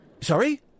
Sorry